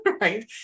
right